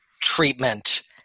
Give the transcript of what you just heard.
treatment